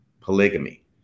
polygamy